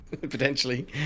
potentially